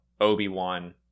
Obi-Wan